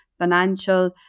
financial